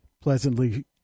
pleasantly